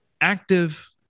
active